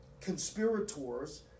conspirators